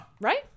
Right